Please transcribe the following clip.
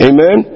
Amen